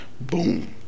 boom